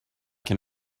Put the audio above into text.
can